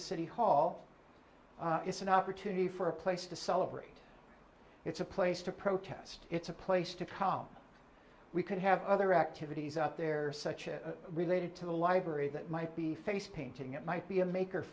a city hall it's an opportunity for a place to celebrate it's a place to protest it's a place to come we could have other activities out there such related to the library that might be face painting it might be a maker